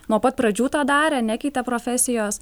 nuo pat pradžių tą darė nekeitė profesijos